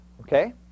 Okay